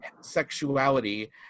sexuality